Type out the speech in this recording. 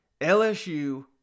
LSU